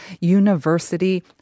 University